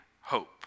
hope